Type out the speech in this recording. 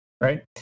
right